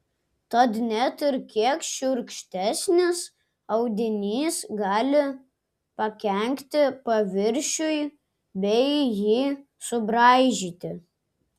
tad net ir kiek šiurkštesnis audinys gali pakenkti paviršiui bei jį subraižyti